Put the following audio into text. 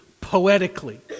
poetically